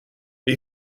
det